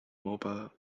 mobile